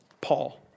Paul